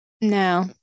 No